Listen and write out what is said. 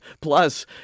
Plus